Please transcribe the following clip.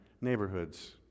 neighborhoods